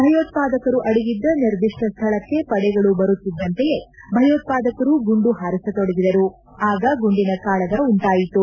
ಭಯೋತ್ಪಾದಕರು ಅಡಗಿದ್ದ ನಿರ್ದಿಷ್ಟ ಸ್ಥಳಕ್ಕೆ ಪಡೆಗಳು ಬರುತ್ತಿದ್ದಂತೆಯೇ ಭಯೋತ್ಪಾದಕರು ಗುಂಡು ಹಾರಿಸ ತೊಡಗಿದರು ಆಗ ಗುಂಡಿನ ಕಾಳಗ ಉಂಟಾಯಿತು